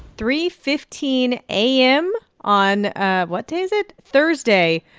three fifteen a m. on ah what day is it? thursday,